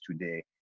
today